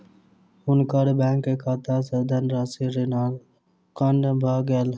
हुनकर बैंक खाता सॅ धनराशि ऋणांकन भ गेल